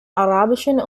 arabischen